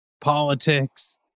politics